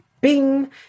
bing